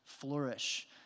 flourish